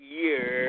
year